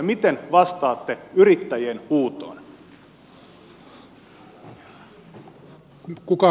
miten vastaatte yrittäjien huutoon